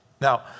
Now